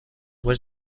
was